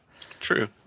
true